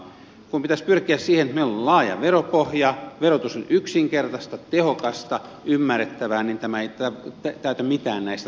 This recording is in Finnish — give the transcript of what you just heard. kun pitäisi pyrkiä siihen että meillä on laaja veropohja verotus on yksinkertaista tehokasta ymmärrettävää niin tämä ei täytä mitään näistä tavoitteista